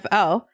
FL